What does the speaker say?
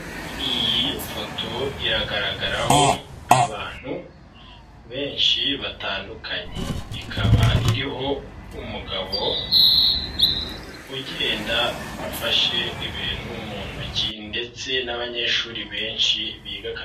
Iyi foto iragaragaraho abantu benshi batandukanye. Ikaba iriho umugabo ugenda afashe ibintu mu ntoki ndetse n'abanyeshuri benshi biga...